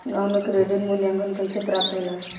गांवों में क्रेडिट मूल्यांकन कैसे प्राप्त होला?